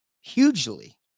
hugely